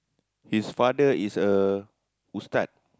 his father is a ustaz